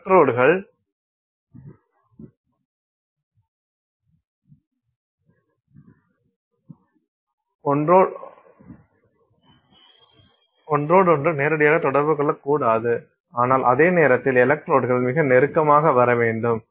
எலக்ட்ரோட்கள் ஒன்றோடொன்று நேரடியாக தொடர்பு கொள்ளக்கூடாது ஆனால் அதே நேரத்தில் எலக்ட்ரோட்கள் மிக நெருக்கமாக வர வேண்டும்